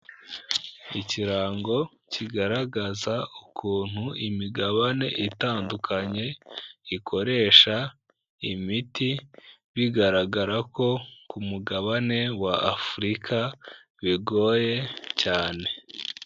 Ikirango kigaragaza ukuntu imigabane itandukanye ikoresha imiti, bigaragara ko ku mugabane w'Afurika bigoye cyane.